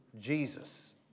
Jesus